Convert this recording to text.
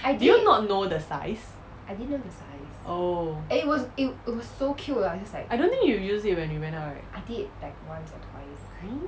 do you not know the size oh I don't think you use it when you went out right